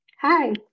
Hi